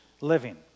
living